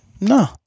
No